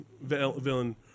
villain